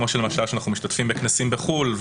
כמו למשל כשאנחנו משתתפים בכנסים בחו"ל,